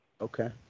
Okay